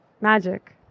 magic